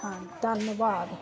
ਹਾਂ ਧੰਨਵਾਦ